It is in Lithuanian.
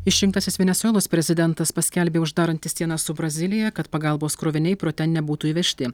išrinktasis venesuelos prezidentas paskelbė uždarantis sieną su brazilija kad pagalbos kroviniai pro ten nebūtų įvežti